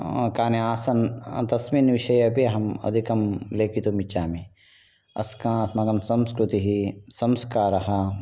कानि आसन् तस्मिन् विषये अपि अहम् अधिकं लेखितुम् इच्छामि अस्क अस्माकं संस्कृतिः संस्कारः